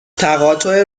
تقاطع